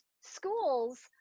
schools